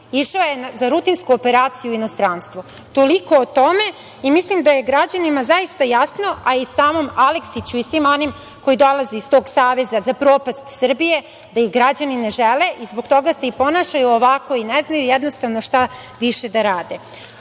išao je za rutinsku operaciju u inostranstvo. Toliko o tome. Mislim da je građanima zaista jasno, a i samom Aleksiću i svima onima koji dolaze iz toga saveza za propast Srbije da ih građani ne žele i zbog toga se i ponašaju ovako i ne znaju jednostavno šta više da rade.U